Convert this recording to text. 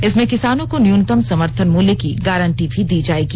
इसमें किसानों को न्यूनतम समर्थन मूल्य की गारंटी भी दी जाएगी